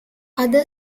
other